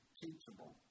teachable